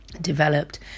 Developed